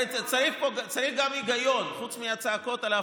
צריך גם היגיון, חוץ מהצעקות על אפליה.